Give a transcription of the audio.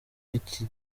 iki